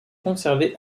conservée